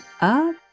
up